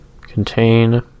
Contain